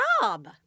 job